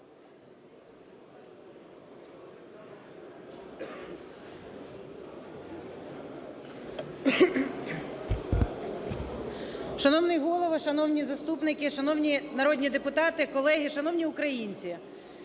Шановний Голово, шановні заступники! Шановні народні депутати, колеги, шановні українці!